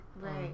Right